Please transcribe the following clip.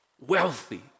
wealthy